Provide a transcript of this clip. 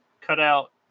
cutout